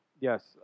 Yes